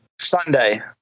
Sunday